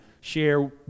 share